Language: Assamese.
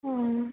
অঁ